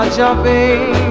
jumping